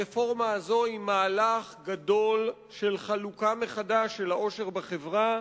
הרפורמה הזאת היא מהלך גדול של חלוקה מחדש של העושר בחברה,